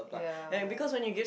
ya